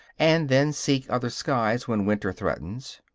and then seek other skies when winter threatens.